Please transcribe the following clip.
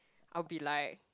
I'll be like